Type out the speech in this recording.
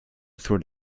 through